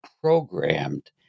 programmed